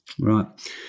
Right